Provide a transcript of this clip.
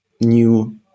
new